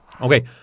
Okay